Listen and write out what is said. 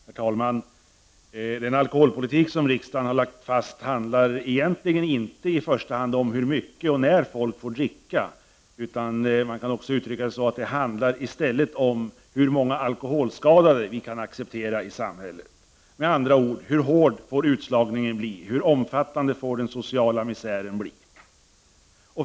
Herr talman! Den alkoholpolitik som riksdagen har lagt fast handlar egentligen inte i första hand om hur mycket och när folk får dricka, utan den handlar, om man skall uttrycka det så, i stället om hur många alkoholskadade vi kan acceptera i samhället. Med andra ord handlar den om hur hård utslagningen och den sociala misären får bli.